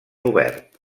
obert